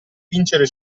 vincere